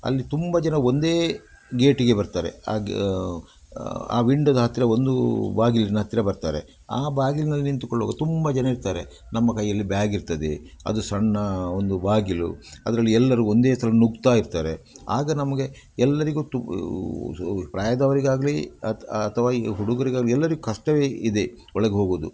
ಅಲ್ಲಿ ತುಂಬ ಜನ ಒಂದೇ ಗೇಟಿಗೆ ಬರ್ತಾರೆ ಆ ಗ ಆ ವಿಂಡೋದ ಹತ್ತಿರ ಒಂದು ಬಾಗಿಲಿನ ಹತ್ತಿರ ಬರ್ತಾರೆ ಆ ಬಾಗಿಲ್ನಲ್ಲಿ ನಿಂತುಕೊಳ್ಳುವಾಗ ತುಂಬ ಜನ ಇರ್ತಾರೆ ನಮ್ಮ ಕೈಯಲ್ಲಿ ಬ್ಯಾಗಿರ್ತದೆ ಅದು ಸಣ್ಣ ಒಂದು ಬಾಗಿಲು ಅದರಲ್ಲಿ ಎಲ್ಲರೂ ಒಂದೇ ಸಲ ನುಗ್ತಾಯಿರ್ತಾರೆ ಆಗ ನಮಗೆ ಎಲ್ಲರಿಗೂ ಪ್ರಾಯದವರಿಗಾಗ್ಲಿ ಅತ್ ಅಥವಾ ಈ ಹುಡ್ಗುರಿಗೆ ಎಲ್ಲರಿಗೆ ಕಷ್ಟವೇ ಇದೆ ಒಳಗೆ ಹೋಗೋದು